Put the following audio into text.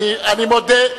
אני מודה.